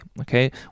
Okay